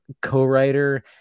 co-writer